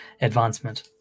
advancement